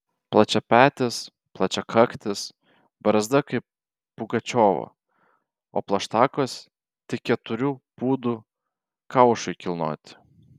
plačiapetis plačiakaktis barzda kaip pugačiovo o plaštakos tik keturių pūdų kaušui kilnoti